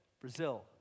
Brazil